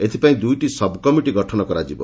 ଏଥିପାଇଁ ଦୂଇଟି ସବ୍କମିଟି ଗଠନ କରାଯିବ